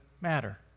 matter